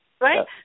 Right